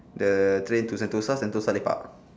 the train to sentosa sentosa lepak